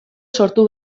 sortu